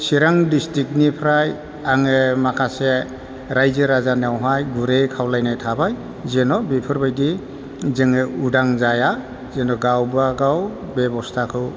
चिरां डिस्ट्रिक्टनिफ्राय आङो माखासे रायजो राजानियावहाय गुरैयै खावलायनाय थाबाय जेन' बेफोरबायदि जोङो उदां जाया जोङो गावबा गाव बेब'स्थाखौ